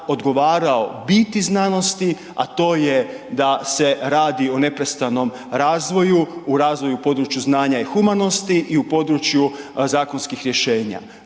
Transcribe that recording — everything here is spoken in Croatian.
odgovarao biti znanosti, a to je da se radi o neprestanom razvoju, u razvoju u području znanja i humanosti i u području zakonskih rješenja.